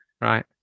Right